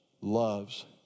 loves